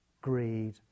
greed